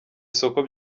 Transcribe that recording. isoko